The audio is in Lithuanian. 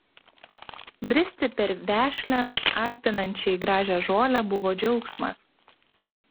bristi per vešlią alpinančiai gražią žolę buvo džiaugsmas